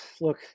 look